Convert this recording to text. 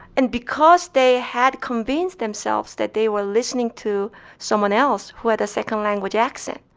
and because they had convinced themselves that they were listening to someone else who had a second language accent,